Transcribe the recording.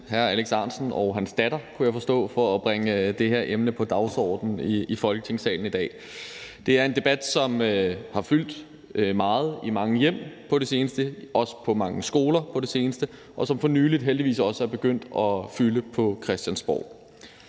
hr. Alex Ahrendtsen og hans datter, kunne jeg forstå, for at bringe det her emne på dagsordenen i Folketingssalen i dag. Det er en debat, som har fyldt meget i mange hjem på det seneste, også på mange skoler på det seneste, og som for nylig heldigvis også er begyndt at fylde på Christiansborg.